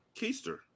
Keister